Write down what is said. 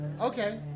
okay